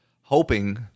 hoping